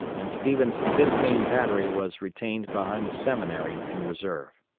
and stevens' fifth maine battery was retained behind the seminary in reserve.